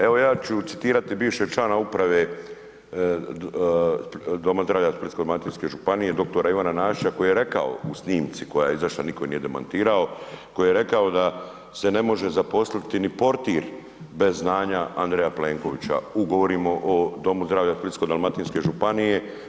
Evo ja ću citirati bivšeg člana uprave doma zdravlja Splitsko-dalmatinske županije doktora Ivana … koji je rekao u snimci koja je izašla, nitko je nije demantirao koji je rekao da se ne može zaposliti ni portir bez znanja Andreja Plenkovića, govorim o domu zdravlja Splitsko-dalmatinske županije.